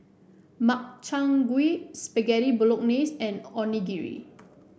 Makchang Gui Spaghetti Bolognese and Onigiri